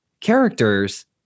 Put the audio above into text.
characters